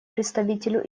представителю